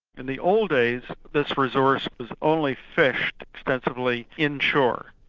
and the old days, this resource was only fished extensively in-shore.